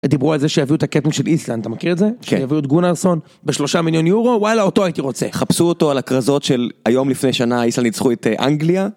דיברו על זה שיביאו את הקטן של איסלאנד אתה מכיר את זה, שיביאו את גונרסון בשלושה מיליון יורו וואלה אותו הייתי רוצה. חפשו אותו על הכרזות של היום לפני שנה איסלנד ניצחו את אנגליה.